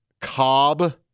Cobb